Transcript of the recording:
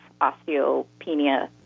osteopenia